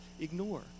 ignore